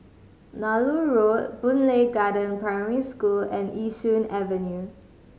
Nallur Road Boon Lay Garden Primary School and Yishun Avenue